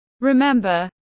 Remember